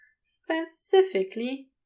Specifically